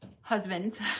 husbands